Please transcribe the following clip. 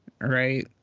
right